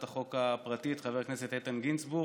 החוק הפרטית חבר הכנסת איתן גינזבורג.